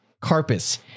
Carpus